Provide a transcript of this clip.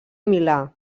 milà